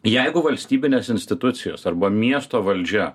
jeigu valstybinės institucijos arba miesto valdžia